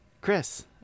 Chris